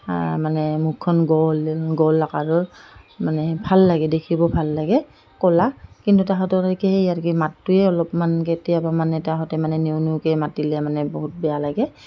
মানে মুখখন গোল গোল আকাৰৰ মানে ভাল লাগে দেখিব ভাল লাগে ক'লা কিন্তু সিহঁতৰ আৰু কি সেই আৰু মাতটোৱে অলপমান কেতিয়াবা মানে তাহঁতে মানে নিউ নিউকৈ মাতিলে মানে বহুত বেয়া লাগে